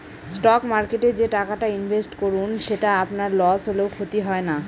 stock মার্কেটে যে টাকাটা ইনভেস্ট করুন সেটা আপনার লস হলেও ক্ষতি হয় না